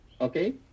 Okay